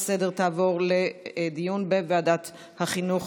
ההצעה לסדר-היום תעבור לדיון בוועדת החינוך,